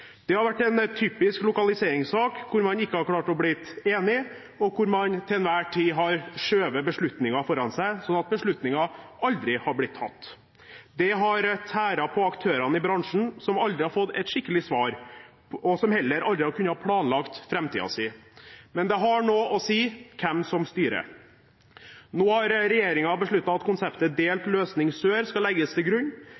Det har vært en typisk lokaliseringssak, hvor man ikke har klart å bli enig, og hvor man til enhver tid har skjøvet beslutningen foran seg, slik at beslutningen aldri har blitt tatt. Det har tæret på aktørene i bransjen, som aldri har fått et skikkelig svar, og som heller aldri har kunnet planlegge framtiden sin. Men det har noe å si hvem som styrer. Nå har regjeringen besluttet at konseptet